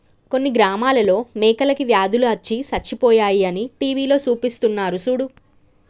కొన్ని గ్రామాలలో మేకలకి వ్యాధులు అచ్చి సచ్చిపోయాయి అని టీవీలో సూపిస్తున్నారు సూడు